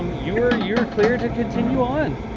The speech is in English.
um you're you're clear to continue on.